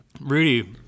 rudy